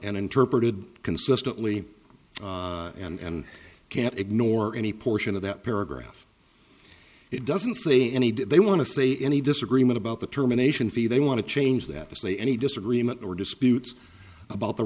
and interpreted consistently and can't ignore any portion of that paragraph it doesn't say any they want to say any disagreement about the terminations fee they want to change that to say any disagreement or disputes about the